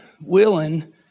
willing